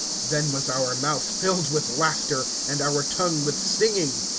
then was our mouth filled with laughter, and our tongue with singing.